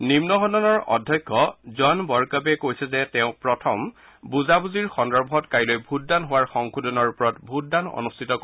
নিন্ন সদনৰ অধ্যক্ষ জন বৰকাবে কৈছে যে তেওঁ প্ৰথম বুজাবুজিৰ সন্দৰ্ভত কাইলৈ ভোটদান হোৱাৰ সংশোধনৰ ওপৰত ভোটদান অনুষ্ঠিত কৰিব